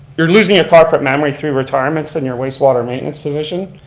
you're losing your corporate memory through retirements and your wastewater maintenance division.